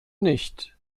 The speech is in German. nicht